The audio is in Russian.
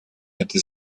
этой